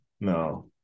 No